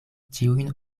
ĉiujn